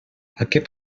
aquest